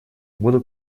буду